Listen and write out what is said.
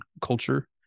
culture